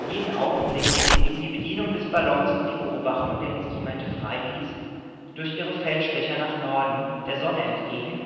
jeden augenblick den ihnen die bedienung des ballons und die beobachtung der instrumente freiließ durch ihre feldstecher nach norden der sonne entgegen